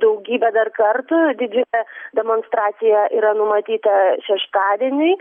daugybę dar kartų didžiulė demonstracija yra numatyta šeštadieniui